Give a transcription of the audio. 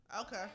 Okay